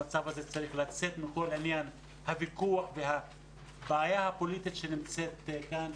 המצב הזה צריך לצאת מהוויכוח והבעיה הפוליטית שנמצאת כאן,